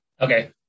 Okay